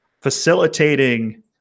facilitating